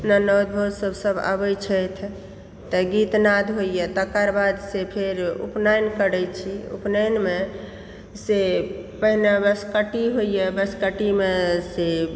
ननद भाउज सब आबै छथि गीतनाद होइया तकर बाद से फेर उपनयन करै छी उपनयनमेसे पहिने हमरा सबके बसकट्टी होइया बसकट्टीमे से